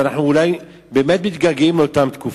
אנחנו אולי באמת מתגעגעים לאותן תקופות,